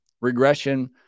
regression